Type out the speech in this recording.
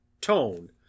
tone